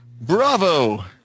Bravo